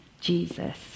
Jesus